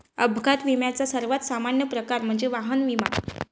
अपघात विम्याचा सर्वात सामान्य प्रकार म्हणजे वाहन विमा